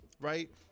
Right